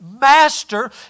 master